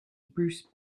bruce